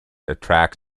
attracts